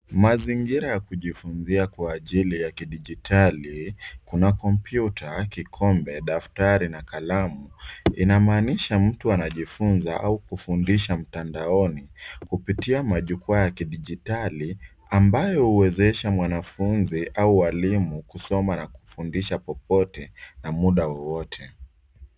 Mazingira ya kujifunzia kwa ajili ya kidijitali una kompyuta, kikombe, daftari , na kalamu. Inamaanisha mtu anajifunza au kufundisha mtandaoni kupitia majukwaa ya kidijitali ambayo huwezesha mwanafunzi au walimu kusoma na kufundisha popote na muda wowote.